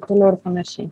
toliau ir panašiai